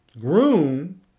groom